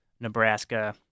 Nebraska